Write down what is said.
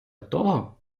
того